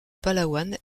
palawan